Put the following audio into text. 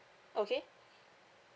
okay